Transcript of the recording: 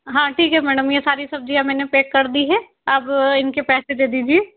हाँ ठीक है मैडम ये सारी सब्जी मैंने पैक कर दी है अब इनके पैसे दे दीजिए